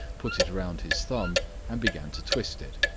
put it round his thumb and began to twist it.